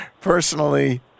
personally